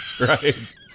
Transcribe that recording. Right